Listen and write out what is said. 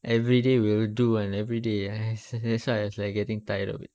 everyday will do and everyday !hais! th~ that's why I'm getting tired of it